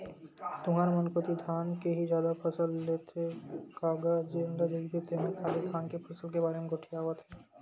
तुंहर मन कोती धान के ही जादा फसल लेथे का गा जेन ल देखबे तेन ह खाली धान के फसल के बारे म गोठियावत हे?